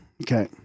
Okay